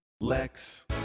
Lex